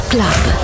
Club